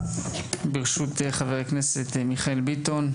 בראשות חבר הכנסת מיכאל ביטון,